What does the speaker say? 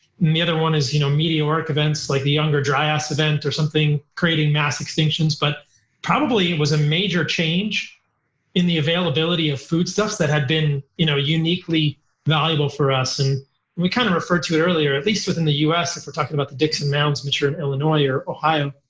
and the other one is you know meteoric events like the younger dryas event or something creating mass extinctions. but probably, it was a major change in the availability of foodstuffs that had been you know uniquely valuable for us. and we kind of referred to it earlier, at least within the us, if we're talking about the dickson mounds, which are in illinois or ohio,